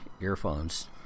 earphones